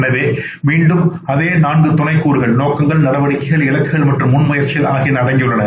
எனவே மீண்டும் அதே நான்கு துணை கூறுகள் நோக்கங்கள் நடவடிக்கைகள் இலக்குகள் மற்றும் முன்முயற்சிகள் ஆகியன அடங்கியுள்ளன